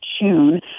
June